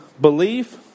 belief